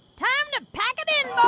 time to pack it in,